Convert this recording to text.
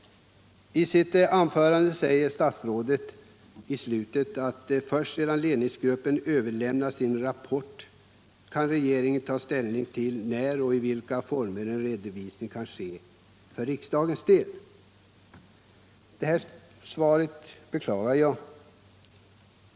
I sitt anförande säger statsrådet avslutningsvis: ”Först sedan ledningsgruppen överlämnat sin rapport kan dock regeringen ta ställning till när och i vilka former en redovisning kan ske för riksdagen.” Detta svar beklagar jag.